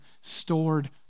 stored